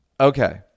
Okay